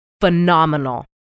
phenomenal